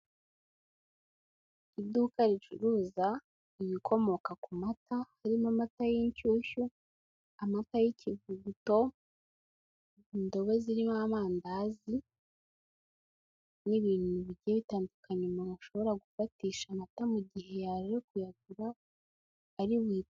Iduka ricuruza ibikomoka ku mata, harimo amata y'inshyushyu, amata y'ikivuguto, indobo zirimo amandazi n'ibintu bigiye bitandukanye umuntu ashobora gufatisha amata mu gihe yaje kuyagura ari ....